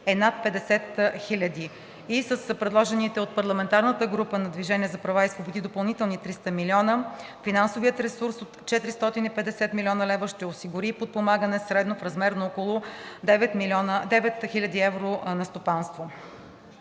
е над 50 хиляди и с предложените от парламентарната група на „Движение за права и свободи“ допълнителни 300 млн. лв. финансовият ресурс от 450 млн. лв. ще осигури подпомагане средно в размер на 9 хил. евро на стопанство.